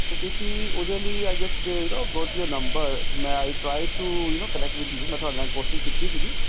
ਅਤੇ ਤੁਸੀਂ ਉਹਦੇ ਲਈ ਤੁਸੀਂ ਉਹਦੇ ਲਈ I just you know got your number ਮੈਂ I try to you know connect with you ਮੈਂ ਕੋਸ਼ਿਸ਼ ਕੀਤੀ ਸੀਗੀ